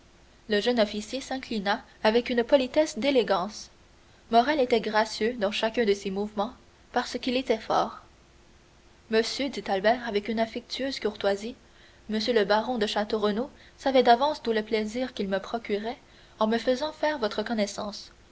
le jeune officier s'inclina avec une politesse d'élégance morrel était gracieux dans chacun de ses mouvements parce qu'il était fort monsieur dit albert avec une affectueuse courtoisie m le baron de château renaud savait d'avance tout le plaisir qu'il me procurait en me faisant faire votre connaissance